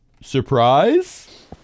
Surprise